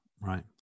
Right